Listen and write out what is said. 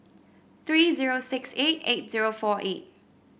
three zero six eight eight zero four eight